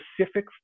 specific